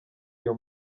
iyo